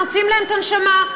מוציאים להם את הנשמה,